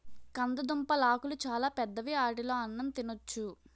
కందదుంపలాకులు చాలా పెద్దవి ఆటిలో అన్నం తినొచ్చు